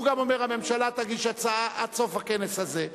הוא גם אומר: הממשלה תגיש הצעה עד סוף הכנס הזה,